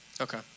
Okay